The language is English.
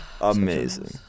amazing